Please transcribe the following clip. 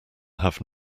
have